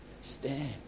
stand